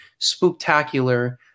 Spooktacular